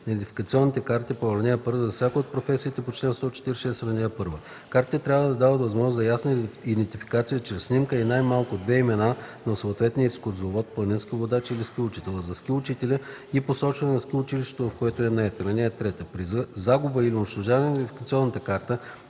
на идентификационните карти по ал. 1 за всяка от професиите по чл. 146, ал. 1. Картите трябва да дават възможност за ясна идентификация чрез снимка и най-малко две имена на съответния екскурзовод, планински водач или ски учител, а за ски учителя - и посочване на ски училището, в което е нает. (3) При загуба или унищожаване на идентификационна карта